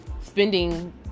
spending